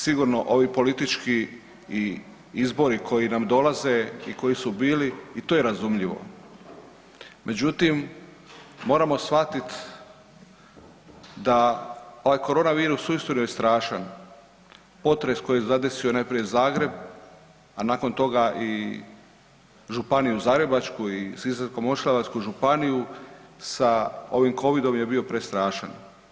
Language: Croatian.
Sigurno ovi politički izbori koji nam dolaze i koji su bili i to je razumljivo, međutim moramo shvatiti da ovaj korona virus uistinu je strašan, potres koji je zadesio najprije Zagreb, a nakon toga i županiju Zagrebačku i Sisačko-moslavačku županiju sa ovim covidom je bio prestrašan.